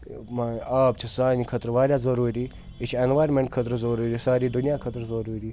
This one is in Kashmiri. ما آب چھِ سانہِ خٲطرٕ واریاہ ضروٗری یہِ چھِ اٮ۪نوارمٮ۪نٛٹ خٲطرٕ ضروٗری ساری دُنیا خٲطرٕ ضروٗری